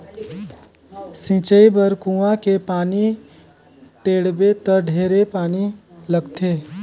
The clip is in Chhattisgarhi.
सिंचई बर कुआँ के पानी टेंड़बे त ढेरे पानी लगथे